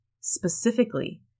specifically